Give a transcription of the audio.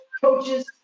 coaches